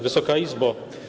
Wysoka Izbo!